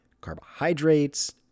carbohydrates